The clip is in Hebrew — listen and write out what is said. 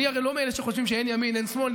אני הרי לא מאלה שחושבים שאין ימין ואין שמאל,